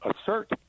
assert